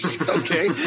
Okay